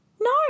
No